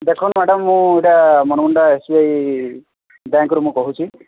ଦେଖନ୍ତୁ ମ୍ୟାଡ଼ାମ୍ ମୁଁ ଏଇଟା ବରମୁଣ୍ଡା ଏସ୍ ବି ଆଇ ବ୍ୟାଙ୍କ୍ରୁ ମୁଁ କହୁଛି